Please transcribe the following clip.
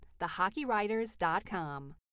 thehockeywriters.com